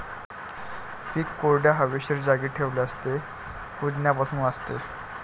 पीक कोरड्या, हवेशीर जागी ठेवल्यास ते कुजण्यापासून वाचते